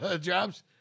jobs